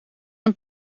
een